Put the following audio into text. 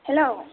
hello